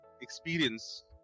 experience